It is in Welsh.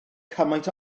cymaint